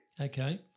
Okay